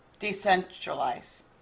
Decentralize